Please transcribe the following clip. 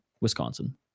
Wisconsin